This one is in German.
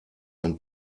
ein